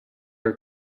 are